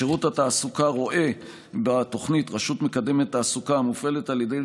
שירות התעסוקה רואה בתוכנית "רשות מקדמת תעסוקה" המופעלת על ידו